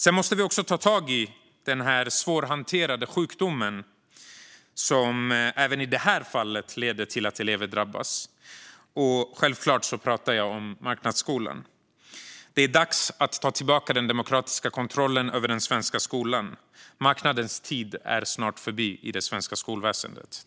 Sedan måste vi också ta tag i den svårhanterade sjukdomen, som även i detta fall leder till att elever drabbas. Självklart pratar jag om marknadsskolan. Det är dags att ta tillbaka den demokratiska kontrollen över den svenska skolan. Marknadens tid är snart förbi i det svenska skolväsendet.